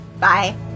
Bye